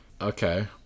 okay